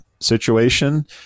situation